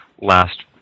last